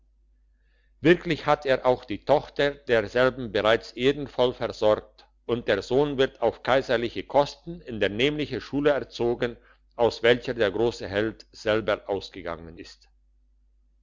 wirklich hat er auch die tochter derselben bereits ehrenvoll versorgt und der sohn wird auf kaiserliche kosten in der nämlichen schule erzogen aus welcher der grosse held selber ausgegangen ist